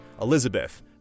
Elizabeth